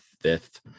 fifth